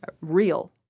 real